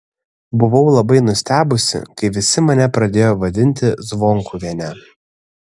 buvau labai nustebusi kai visi mane pradėjo vadinti zvonkuviene